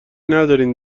ندارین